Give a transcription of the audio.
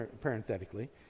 parenthetically